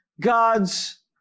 God's